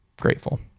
grateful